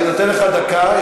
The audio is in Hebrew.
אני נותן לך דקה.